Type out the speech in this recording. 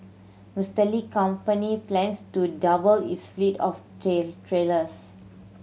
Mister Li company plans to double its fleet of trailers